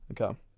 Okay